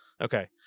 Okay